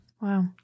Wow